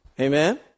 Amen